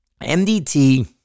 MDT